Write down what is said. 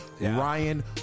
Ryan